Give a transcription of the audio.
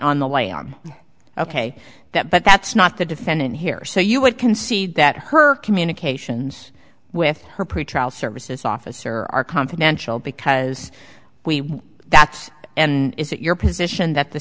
on the way are ok that but that's not the defendant here so you would concede that her communications with her pretrial services officer are confidential because we that's and is it your position that the